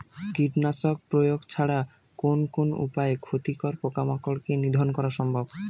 কীটনাশক প্রয়োগ ছাড়া কোন কোন উপায়ে ক্ষতিকর পোকামাকড় কে নিধন করা সম্ভব?